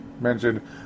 mentioned